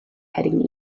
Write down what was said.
heading